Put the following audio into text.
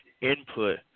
input